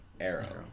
Arrow